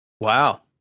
Wow